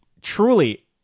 truly